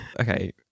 Okay